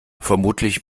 vermutlich